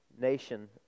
nation